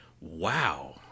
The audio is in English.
wow